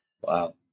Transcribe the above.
Wow